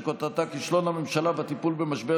שכותרתה: כישלון הממשלה בטיפול במשבר